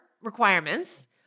requirements